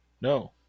No